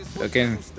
Again